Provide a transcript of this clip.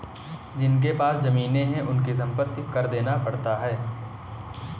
जिनके पास जमीने हैं उनको संपत्ति कर देना पड़ता है